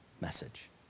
message